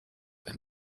and